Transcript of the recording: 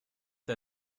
der